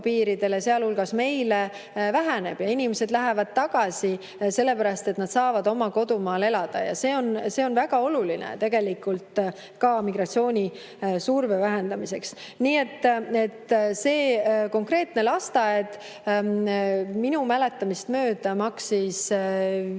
sealhulgas meile, väheneb. Inimesed lähevad tagasi, sellepärast et nad saavad oma kodumaal elada. See on väga oluline tegelikult ka migratsioonisurve vähendamiseks. See konkreetne lasteaed minu mäletamist mööda maksis 5